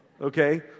Okay